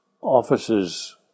offices